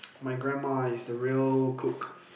my grandma is the real cook